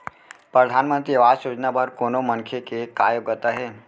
परधानमंतरी आवास योजना बर कोनो मनखे के का योग्यता हे?